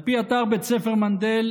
על פי אתר בית ספר מנדל,